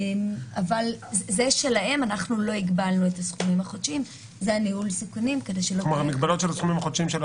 ואנחנו אומרים: נראה מה הציבור יעשה עם